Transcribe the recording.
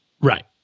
Right